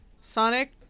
Sonic